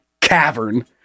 cavern